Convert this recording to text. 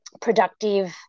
productive